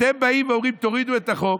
אתם באים ואומרים: תורידו את החוק,